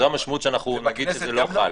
זו המשמעות שנגיד שזה לא חל.